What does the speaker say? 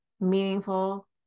meaningful